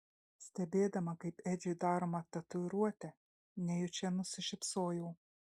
stebėdama kaip edžiui daroma tatuiruotė nejučia nusišypsojau